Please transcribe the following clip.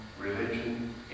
religion